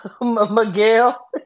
Miguel